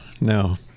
no